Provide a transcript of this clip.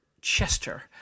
Chester